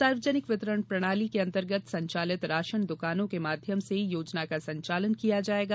सार्वजनिक वितरण प्रणाली के अंतर्गत संचालित राशन दुकानों के माध्यम योजना का संचालन किया जाएगा